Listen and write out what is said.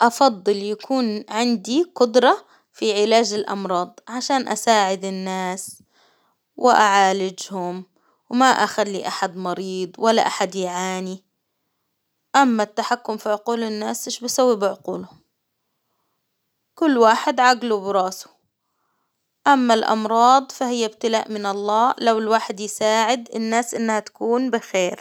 أفضل يكون عندي قدرة في علاج الأمراض عشان أساعد الناس، وأعالجهم، وما أخلي أحد مريض ولا أحد يعاني، أما التحكم في عقول الناس إيش أسوي بعقولهم؟ كل واحد عجله براسه، أما الأمراض فهي ابتلاء من الله، لو الواحد يساعد الناس إنها تكون بخير.